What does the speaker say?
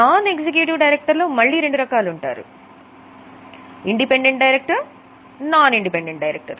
non executive director లో మళ్ళీ రెండు రకాలు ఉంటారు independent director non independent directors